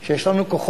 לכך שיש לנו כוחות,